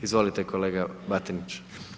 Izvolite kolega Batinić.